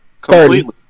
Completely